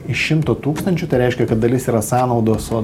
iš šimto tūkstančių tai reiškia kad dalis yra sąnaudos o